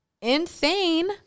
insane